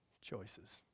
choices